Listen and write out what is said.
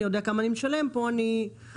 אני יודע כמה אני משלם וכאן אני הולך